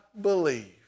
believe